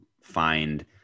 find